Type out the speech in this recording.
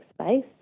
space